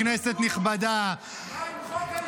כנסת נכבדה -- מה עם ההשתמטות?